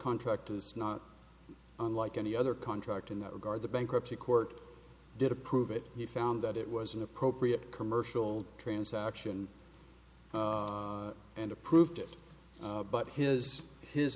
contract is not unlike any other contract in that regard the bankruptcy court did approve it he found that it was an appropriate commercial transaction and approved it but his his